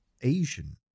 asian